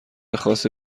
خاصی